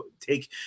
take